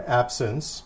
absence